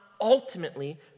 ultimately